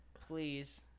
please